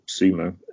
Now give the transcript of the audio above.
Sumo